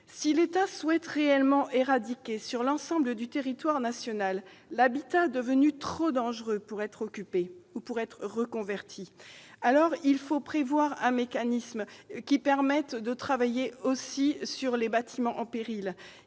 Si l'État souhaite réellement éradiquer, sur l'ensemble du territoire national, l'habitat devenu trop dangereux pour être occupé ou pour être reconverti, alors il faut prévoir un mécanisme qui permette de travailler aussi sur les bâtiments en péril.